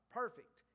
perfect